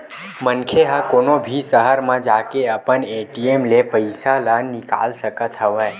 मनखे ह कोनो भी सहर म जाके अपन ए.टी.एम ले पइसा ल निकाल सकत हवय